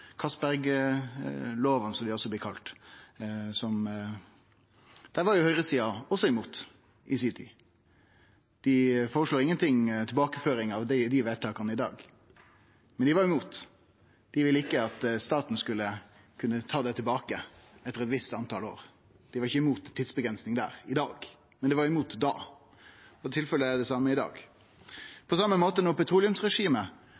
Castberg-lovene, som dei også blei kalla – var jo høgresida også imot i si tid. Dei føreslår ikkje tilbakeføring av dei vedtaka i dag, men dei var imot. Dei ville ikkje at staten skulle kunne ta det tilbake etter eit visst tal år. Dei er ikkje imot tidsavgrensing der i dag, men dei var imot da, og tilfellet er det same i